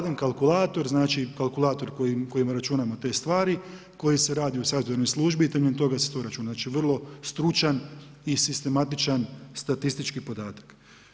Vadim kalkulator, kalkulator kojim računamo te stvari, koji se radi u savjetodavnoj službi i temelj toga se to računa, znači vrlo stručan i sistematičan statistički podatak.